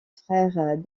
frères